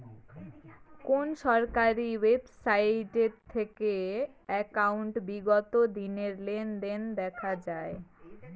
কোন সরকারি ওয়েবসাইট থেকে একাউন্টের বিগত দিনের লেনদেন দেখা যায়?